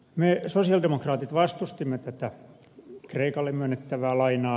me sosialidemokraatit vastustimme tätä kreikalle myönnettävää lainaa